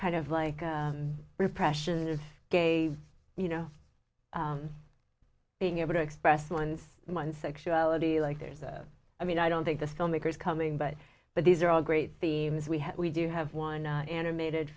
kind of like repression of gave you know being able to express one's mind sexuality like there's a i mean i don't think the filmmakers coming but but these are all great themes we had we do have one animated